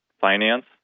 finance